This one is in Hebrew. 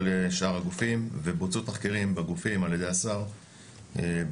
שאר הגופים ובוצעו תחקירים בגופים על ידי השר בעבר.